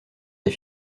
des